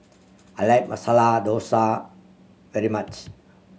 I like Masala Dosa very much